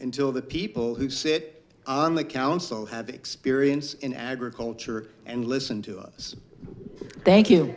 until the people who sit on the council have experience in agriculture and listen to us thank you